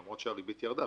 למרות שהריבית ירדה.